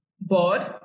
board